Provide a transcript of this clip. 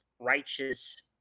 righteous